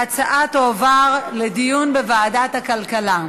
ההצעה תועבר לדיון בוועדת הכלכלה.